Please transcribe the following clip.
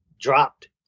dropped